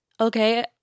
Okay